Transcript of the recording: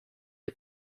dei